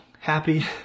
happy